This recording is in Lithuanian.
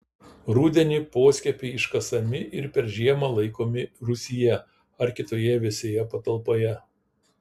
rudenį poskiepiai iškasami ir per žiemą laikomi rūsyje ar kitoje vėsioje patalpoje